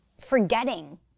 forgetting